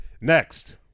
Next